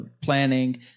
planning